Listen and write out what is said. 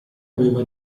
aveva